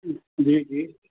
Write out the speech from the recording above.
जी जी